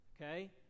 Okay